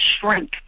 shrink